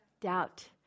Doubt